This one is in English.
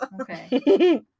Okay